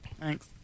Thanks